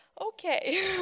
Okay